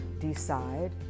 decide